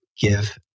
give